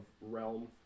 realm